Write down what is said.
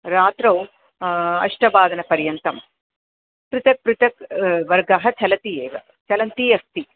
रात्रौ अष्टवादनपर्यन्तं पृथक् पृथक् वर्गः चलति एव चलन्ती अस्ति